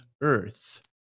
earth